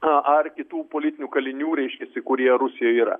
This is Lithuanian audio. a ar kitų politinių kalinių reiškiasi kurie rusijoje yra